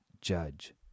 judge